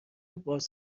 باز